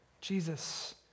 Jesus